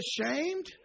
ashamed